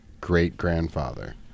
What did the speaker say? great-grandfather